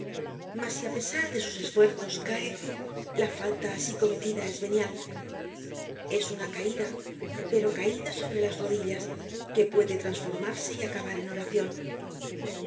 mas si á pesar de sus esfuerzos cae la falta asi cometida es venial es una caida pero caida sobre las rodillas que puede trasformarse y acabar en oracion